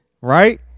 right